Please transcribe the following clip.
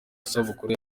isabukuru